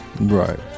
Right